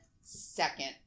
second